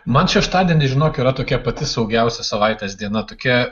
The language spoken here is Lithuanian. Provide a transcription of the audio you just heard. man šeštadienis žinok yra tokia pati saugiausia savaitės diena tokia